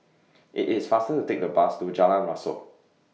IT IS faster to Take The Bus to Jalan Rasok